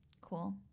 Cool